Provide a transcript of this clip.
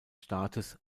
staates